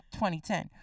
2010